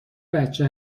بچه